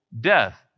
death